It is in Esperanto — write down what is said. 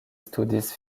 studis